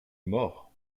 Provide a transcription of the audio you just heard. mort